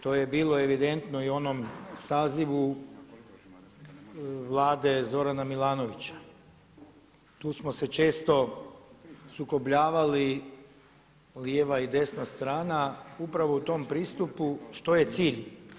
To je bilo evidentno i u onom sazivu vlade Zorana Milanovića, tu smo se često sukobljavali lijeva i desna strana upravo u tom pristupu što je cilj.